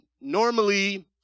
normally